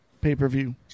pay-per-view